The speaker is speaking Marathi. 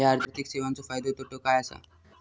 हया आर्थिक सेवेंचो फायदो तोटो काय आसा?